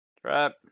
trap